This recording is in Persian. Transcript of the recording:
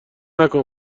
نکن